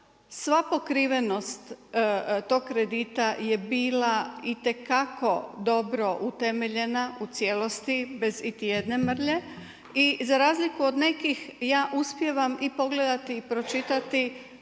Sva pokrivenost tog kredita je bila itekako dobro utemeljena u cijelosti bez iti jedne mrlje. I za razliku od nekih ja uspijevam i pogledati i pročitati